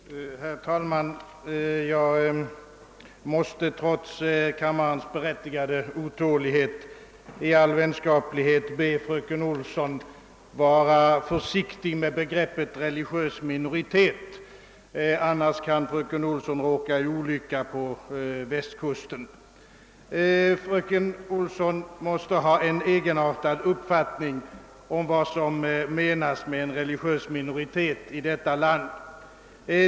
Herr talman! Jag måste, trots kammarens berättigade otålighet, i all vänskaplighet be fröken Olsson att vara försiktig med begreppet religiös minoritet, ty annars kan fröken Olsson råka i olycka på västkusten. Fröken Olsson måste ha en egenartad uppfattning om vad som menas med religiös minoritet i detta land.